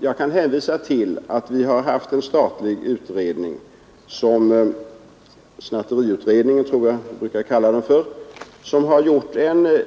Jag kan hänvisa till att vi har haft en statlig utredning, snatteriutredningen brukar vi kalla den, som har gjort en